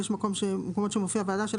ולעניין תקנות לפי סעיף 12 ועדת הכללה של